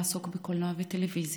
לעסוק בקולנוע וטלוויזיה,